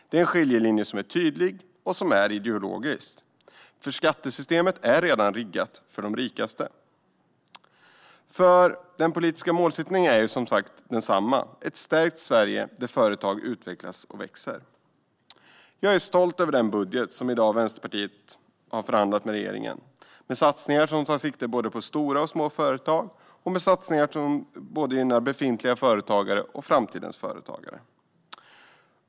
Det är en skiljelinje som är tydlig och ideologisk, för skattesystemet är redan riggat för de rikaste. Den politiska målsättningen är som sagt densamma, ett stärkt Sverige där företag utvecklas och växer. Jag är i dag stolt över den budget som Vänsterpartiet har förhandlat fram med regeringen, med satsningar som tar sikte både på stora och små företag och med satsningar på både befintliga företagare och framtidens företagare.